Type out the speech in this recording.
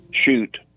shoot